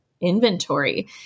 inventory